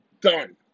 Done